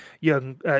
young